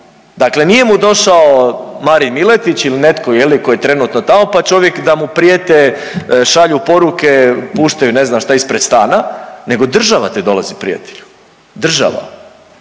Dakle, nije mu došao Marin Miletić ili netko koji je trenutno tamo pa čovjek da mu prijete šalju poruke, puštaju ne znam šta ispred stana nego državi ti dolazi prijatelju, država.